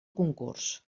concurs